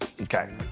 Okay